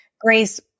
Grace